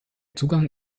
zugang